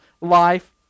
life